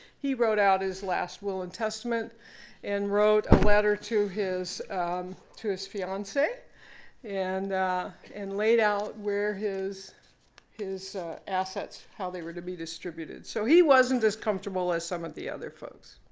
he wrote out his last will and testament and wrote a letter to his um to his fiance and and laid out where his his assets how they were to be distributed. so he wasn't as comfortable as some of the other folks.